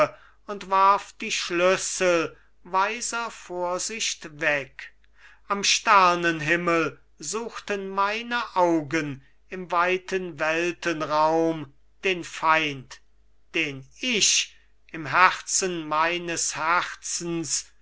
und warf die schlüssel weiser vorsicht weg am sternenhimmel suchten meine augen im weiten weltenraum den feind den ich im herzen meines herzens